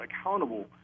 accountable